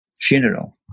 funeral